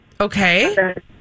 Okay